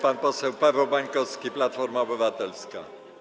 Pan poseł Paweł Bańkowski, Platforma Obywatelska.